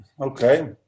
okay